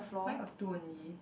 mine got two only